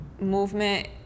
movement